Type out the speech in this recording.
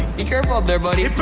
be careful up there, buddy. but